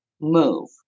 move